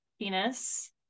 penis